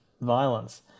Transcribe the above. violence